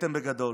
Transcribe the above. וטעיתם בגדול.